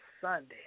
Sunday